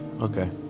Okay